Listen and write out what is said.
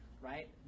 right